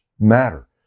matter